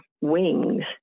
wings